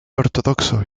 ortodoxo